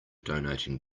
donating